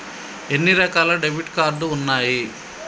ఎన్ని రకాల debit card ఉన్నాయి?